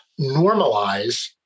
normalize